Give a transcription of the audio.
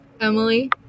Emily